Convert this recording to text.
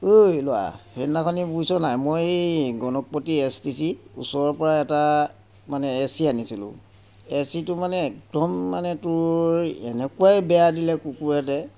ঐ ল'ৰা সেইদিনাখনি বুজিছ নাই মই গণৱপতি এছ টি চিৰ ওচৰৰপৰা এটা মানে এ চি আনিছিলোঁ এ চিটো মানে একদম মানে তোৰ এনেকুৱাই বেয়া দিলে কুকুুৰহঁতে